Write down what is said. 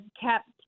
kept